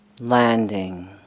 Landing